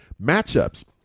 matchups